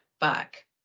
back